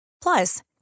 Plus